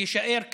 יישאר כך,